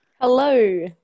Hello